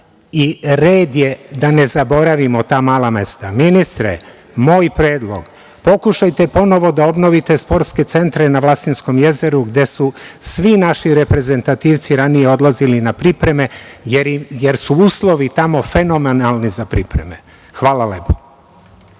I red je da ne zaboravimo ta mala mesta. Ministre, moj predlog, pokušajte ponovo da obnovite sportske centre na Vlasinskom jezeru, gde su svi naši reprezentativci ranije odlazili na pripreme, jer su uslovi tamo fenomenalni za pripreme. Hvala.